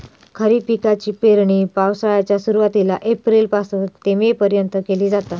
खरीप पिकाची पेरणी पावसाळ्याच्या सुरुवातीला एप्रिल पासून ते मे पर्यंत केली जाता